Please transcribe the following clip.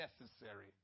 necessary